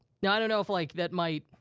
now, i don't know if, like that might,